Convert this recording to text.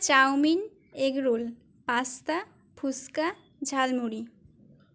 chowmein egg roll pasta fuchka jhalmuri